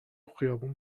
خیابون